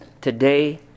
Today